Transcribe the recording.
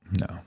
No